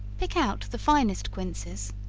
pick out the finest quinces,